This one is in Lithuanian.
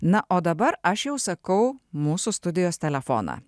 na o dabar aš jau sakau mūsų studijos telefoną